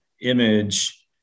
image